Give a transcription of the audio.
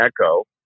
ECHO